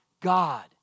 God